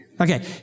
Okay